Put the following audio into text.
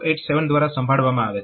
તે 8087 દ્વારા સંભાળવામાં આવે છે